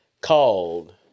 called